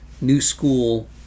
new-school